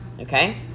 Okay